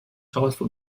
taufe